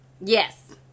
Yes